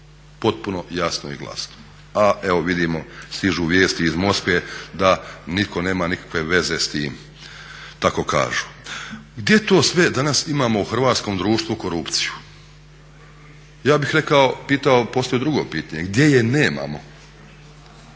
potpuno jasno i glasno. A evo vidimo stižu vijesti iz Moskve da niko nema nikakve veze s tim tako kažu. Gdje to sve danas imamo u hrvatskom društvu korupciju? Ja bih rekao, pitao, postavio drugo pitanje gdje je nemamo?